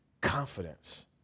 Confidence